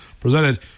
Presented